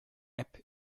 app